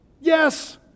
Yes